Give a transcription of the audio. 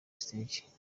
stage